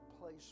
place